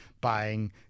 buying